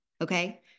okay